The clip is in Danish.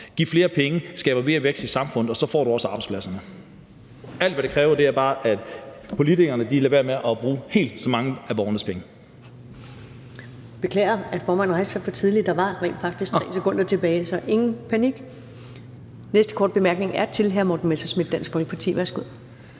giv flere penge, skab mere vækst i samfundet, så får du også arbejdspladserne. Alt, hvad det kræver, er bare, at politikerne lader være med at bruge helt så mange af borgernes penge.